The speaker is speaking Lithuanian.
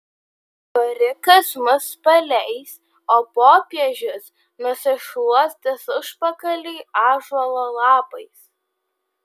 korikas mus paleis o popiežius nusišluostys užpakalį ąžuolo lapais